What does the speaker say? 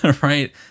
Right